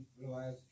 Realize